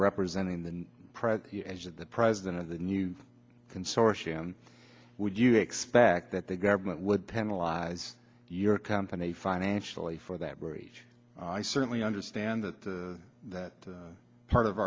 representing the pride of the president of the new consortium would you expect that the government would penalize your company financially for that breach i certainly understand that that part of